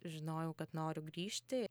žinojau kad noriu grįžti